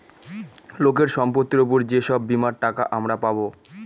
লোকের সম্পত্তির উপর যে সব বীমার টাকা আমরা পাবো